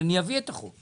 אבל אני אביא את החוק.